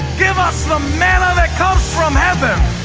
give us the manna that comes from heaven!